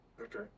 Okay